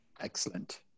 Excellent